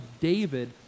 David